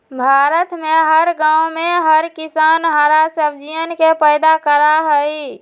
भारत में हर गांव में हर किसान हरा सब्जियन के पैदा करा हई